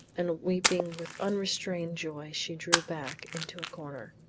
and weeping with unrestrained joy, she drew back into a corner.